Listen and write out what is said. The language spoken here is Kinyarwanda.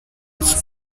nzu